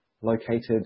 located